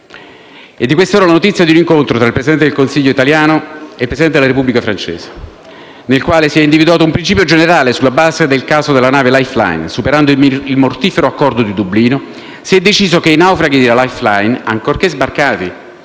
È di queste ore la notizia di un incontro tra il Presidente del Consiglio italiano e il Presidente della Repubblica francese, nel quale si è individuato un principio generale sulla base del caso della nave Lifeline: superando i mortiferi accordi di Dublino, si è deciso che i naufraghi della Lifeline, ancorché sbarcati